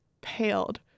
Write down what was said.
paled